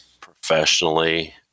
professionally